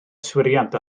yswiriant